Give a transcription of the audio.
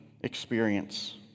experience